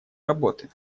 работы